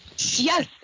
Yes